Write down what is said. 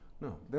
No